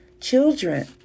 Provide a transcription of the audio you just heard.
children